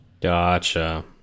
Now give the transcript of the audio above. Gotcha